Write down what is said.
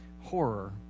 horror